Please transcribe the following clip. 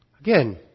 Again